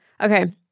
Okay